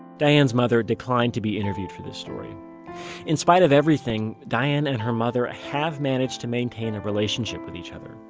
diane's mother declined to be interviewed for this story in spite of everything, diane and her mother have managed to maintain a relationship with each other.